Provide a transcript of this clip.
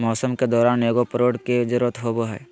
मौसम के दौरान एगो प्रोड की जरुरत होबो हइ